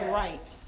right